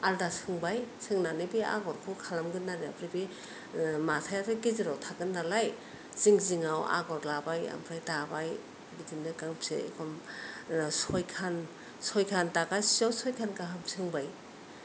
आलादा सोंबाय सोंनानै बे आगरखौ खालामगोरनांगोन आमफ्राय बे माथाया बे गेरेजाव थागोननालाय जिं जिंआव आगर लाबाय आमफ्राय दाबाय बिदिनो गांबेसे सयखान सयखान दागासेआव सयखान गाहाम सोंबाय